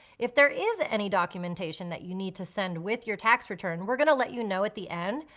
if there is any documentation that you need to send with your tax return we're gonna let you know at the end.